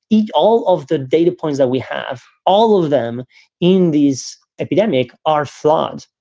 each all of the data points that we have, all of them in these epidemic are flawed.